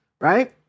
right